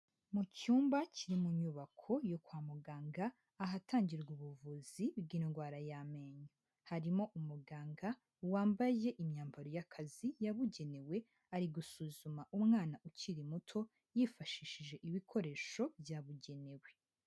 Mu cyumba kiri mu nyubako yo kwa muganga, ahatangirwa ubuvuzi bw'indwara y'amenyo. Harimo umuganga wambaye imyambaro y'akazi yabugenewe, ari gusuzuma umwana ukiri muto, yifashishije ibikoresho byabugenewe.